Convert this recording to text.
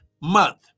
month